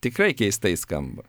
tikrai keistai skamba